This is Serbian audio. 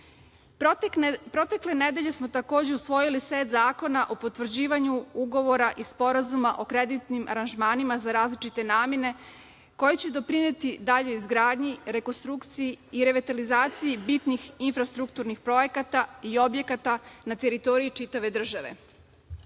građane. Protekle nedelje smo takođe usvojili set zakona o potvrđivanju ugovora i sporazuma o kreditnim aranžmanima za različite namene koje će doprineti daljoj izgradnji, rekonstrukciji i revitalizaciji bitnih infrastrukturnih projekata i objekata na teritoriji čitave države. Koliko